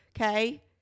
Okay